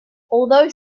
although